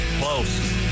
Close